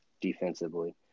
defensively